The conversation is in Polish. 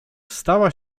stała